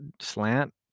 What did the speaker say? slant